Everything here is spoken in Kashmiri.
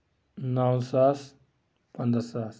نَو ساس پنٛدہ ساس